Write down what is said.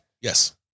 Yes